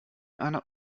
einer